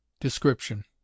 description